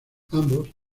ambos